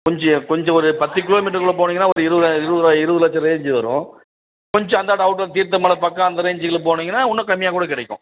கொஞ்சம் கொஞ்சம் ஓரு பத்து கிலோமீட்டர்க்குள்ள போனீங்கன்னா ஒரு இருபது இருபது ரூபா இருபது லட்ச ரேஞ்சு வரும் கொஞ்சம் அந்தாண்ட அவுட்டர் தீர்த்தமலை பக்கம் அந்த ரேஞ்சில் போனீங்கன்னா உன்னும் கம்மியாக கூட கிடைக்கும்